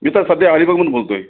मी तर सध्या अलिबागमधून बोलतो आहे